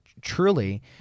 truly